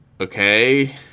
okay